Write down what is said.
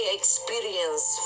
experience